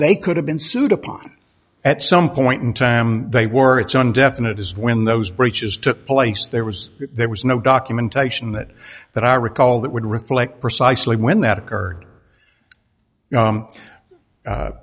they could have been sued upon at some point in time they were its own definite is when those breaches took place there was there was no documentation that that i recall that would reflect precisely when that occurred